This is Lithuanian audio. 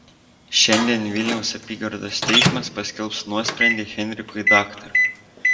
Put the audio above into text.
šiandien vilniaus apygardos teismas paskelbs nuosprendį henrikui daktarui